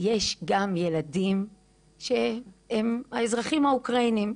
יש גם ילדים שהם האזרחים האוקראינים,